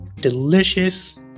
delicious